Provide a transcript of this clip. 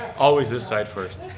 always this side first.